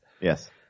Yes